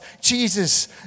Jesus